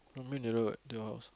I mean the road to your house